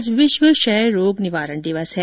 आज विश्व क्षय रोग निवारण दिवस है